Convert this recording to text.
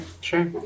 sure